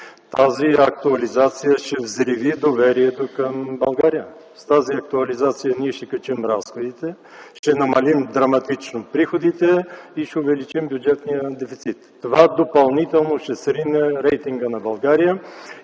Тази актуализация ще взриви доверието към България. С тази актуализация ние ще качим разходите, ще намалим драматично приходите и ще увеличим бюджетния дефицит. Това допълнително ще срине рейтинга на България